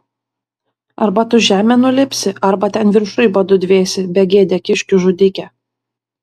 arba tu žemėn nulipsi arba ten viršuj badu dvėsi begėde kiškių žudike